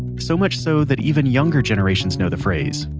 so much so that even younger generations know the phrase.